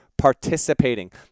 participating